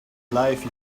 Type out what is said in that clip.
life